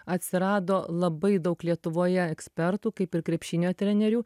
atsirado labai daug lietuvoje ekspertų kaip ir krepšinio trenerių